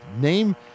Name